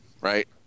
right